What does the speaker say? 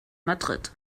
madrid